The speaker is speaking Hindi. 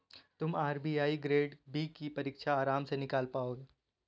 तुम आर.बी.आई ग्रेड बी की परीक्षा आराम से निकाल पाओगे